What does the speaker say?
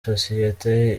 sosiyete